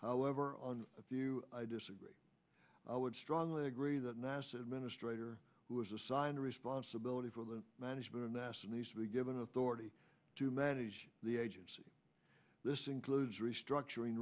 however on a few i disagree i would strongly agree that nasa administrator who is assigned responsibility for the management nasa needs to be given authority to manage the agency this includes restructuring